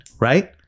Right